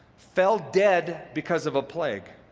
fell dead because of a plague.